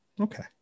Okay